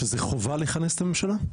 שזה חובה לכנס את הממשלה?